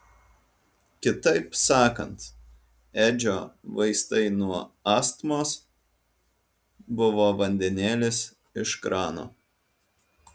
kitaip sakant edžio vaistai nuo astmos buvo vandenėlis iš krano